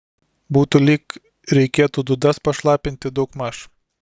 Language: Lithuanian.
būtų lyg reikėtų dūdas pašlapinti daugmaž